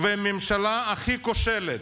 הממשלה הכי כושלת.